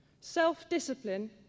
self-discipline